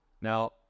Now